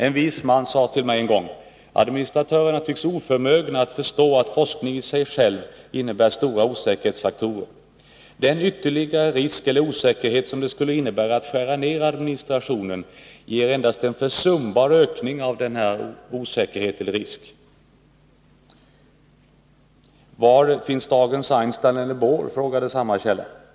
En vis man sade en gång: ”Administratörerna tycks oförmögna att förstå att forskning i sig själv innebär stora osäkerhetsfaktorer. Den ytterligare risk eller osäkerhet som det skulle innebära att skära ner administrationen ger endast en försumbar ökning av denna osäkerhet eller risk.” — ”Var finns dagens Einstein och Bohr?”, frågade samma källa.